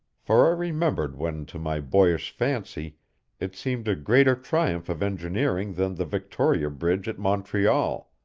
for i remembered when to my boyish fancy it seemed a greater triumph of engineering than the victoria bridge at montreal.